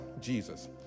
Jesus